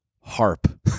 harp